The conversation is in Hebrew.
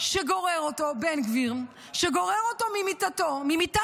בן גביר, שר שגורר אותו ממיטתו,